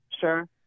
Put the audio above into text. Sure